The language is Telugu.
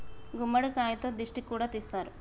గుమ్మడికాయతో దిష్టి కూడా తీస్తారు